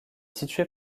située